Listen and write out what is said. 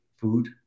food